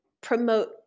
promote